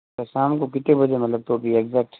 शाम को कितने बजे मतलब तो भी एग्ज़ैक्ट